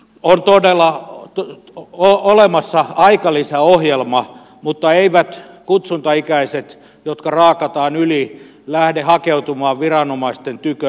on todella olemassa aikalisä ohjelma mutta eivät kutsuntaikäiset jotka raakataan yli lähde hakeutumaan viranomaisten tykö itse